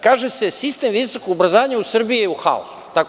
Kaže se – sistem visokog obrazovanja u Srbiji je u haosu.